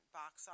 box